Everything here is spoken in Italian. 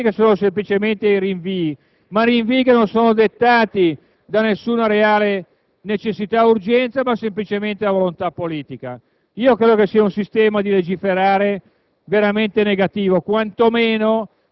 che si propongono continuamente provvedimenti che sono semplicemente rinvii che non sono dettati da nessuna reale necessità e urgenza, ma semplicemente dalla volontà politica. Io credo che sia un sistema di legiferare